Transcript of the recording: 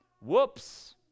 Whoops